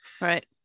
Right